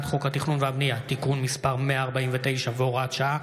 חוק התכנון והבנייה (תיקון מס' 149 והוראת שעה),